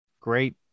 great